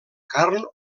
carn